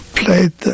played